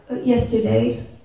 yesterday